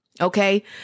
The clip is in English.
Okay